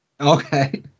Okay